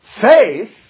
Faith